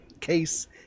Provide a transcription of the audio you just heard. case